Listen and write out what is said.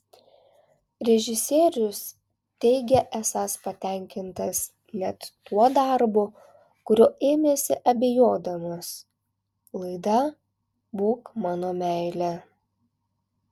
režisierius teigia esąs patenkintas net tuo darbu kurio ėmėsi abejodamas laida būk mano meile